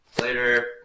later